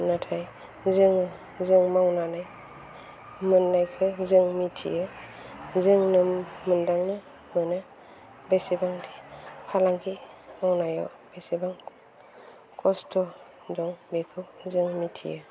नाथाय जोङो जों मावनानै मोन्नायखाय जों मिथियो जोनो मोनदांनो मोनो बेसेबां फालांगि मावनायाव बेसेबां खस्थ' दं बेखौ जों मिथियो